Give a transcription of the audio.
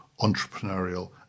entrepreneurial